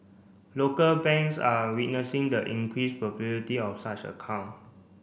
local banks are witnessing the increase popularity of such account